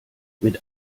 mit